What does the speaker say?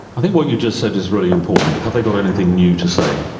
i think what you just said is really important have they got anything new to say?